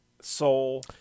soul